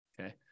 Okay